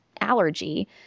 allergy